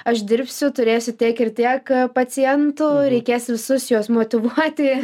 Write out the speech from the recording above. aš dirbsiu turėsiu tiek ir tiek pacientų reikės visus juos motyvuoti